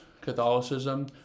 Catholicism